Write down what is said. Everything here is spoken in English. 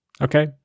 Okay